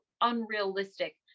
unrealistic